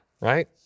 right